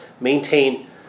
maintain